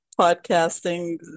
podcasting